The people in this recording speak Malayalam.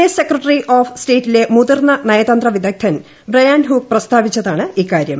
എസ് സെക്രട്ടറി ഓഫ് സ്റ്റേറ്റിലെ മുതിർന്ന നയതന്ത്ര വിദഗ്ദ്ധൻ ബ്രയാൻ ഹൂക്ക് പ്രസ്താവിച്ചതാണ് ഇക്കാര്യം